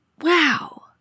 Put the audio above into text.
Wow